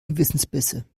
gewissensbisse